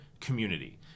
community